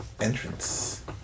entrance